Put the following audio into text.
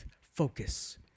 focus